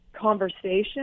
conversation